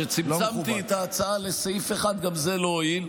וכשצמצמתי את ההצעה לסעיף אחד, גם זה לא הועיל.